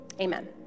Amen